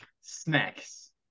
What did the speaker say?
Snacks